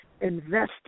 invested